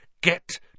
Get